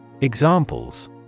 Examples